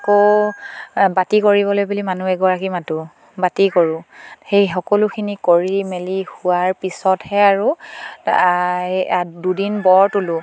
আকৌ বাতি কৰিবলৈ বুলি মানুহ এগৰাকী মাতোঁ বাতি কৰোঁ সেই সকলোখিনি কৰি মেলি হোৱাৰ পিছতহে আৰু দুদিন বৰ তোলোঁ